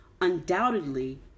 Undoubtedly